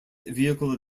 vehicle